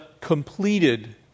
completed